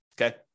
Okay